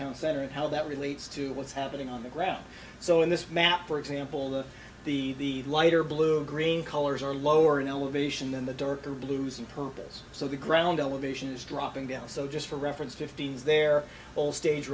county center and how that relates to what's happening on the ground so in this map for example the lighter blue green colors are lower in elevation in the darker blues and purples so the ground elevation is dropping down so just for reference fifteen's they're all stage